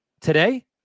Today